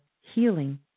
healing